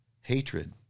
hatred